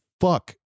fuck